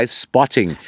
spotting